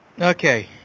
Okay